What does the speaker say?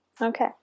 Okay